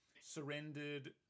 surrendered